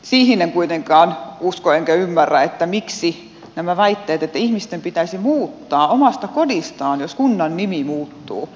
siihen en kuitenkaan usko enkä näitä väitteitä ymmärrä että ihmisten pitäisi muuttaa omasta kodistaan jos kunnan nimi muuttuu